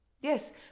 Yes